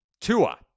Tua